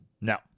No